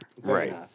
Right